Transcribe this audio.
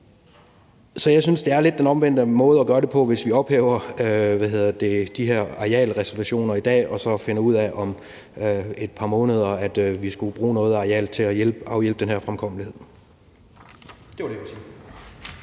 Så jeg synes, det lidt er den omvendte måde at gøre det på, hvis vi ophæver de her arealreservationer i dag og så om et par måneder finder ud af, at vi skulle bruge noget af arealet til at afhjælpe i forhold til den her fremkommelighed.